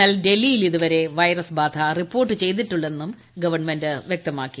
എന്നാൽ ഡൽഹിയിൽ ഇതുവരെ വൈറസ് ബാധ റിപ്പോർട്ട് ചെയ്തിട്ടില്ലെന്നും ഗവൺമെന്റ് വൃക്തമാക്കി